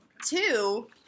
Two